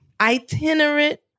Itinerant